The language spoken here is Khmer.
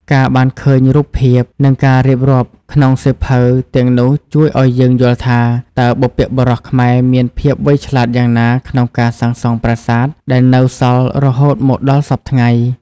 ការបានឃើញរូបភាព និងការរៀបរាប់ក្នុងសៀវភៅទាំងនោះជួយឲ្យយើងយល់ថា តើបុព្វបុរសខ្មែរមានភាពវៃឆ្លាតយ៉ាងណាក្នុងការសាងសង់ប្រាសាទដែលនៅសល់រហូតមកដល់សព្វថ្ងៃ។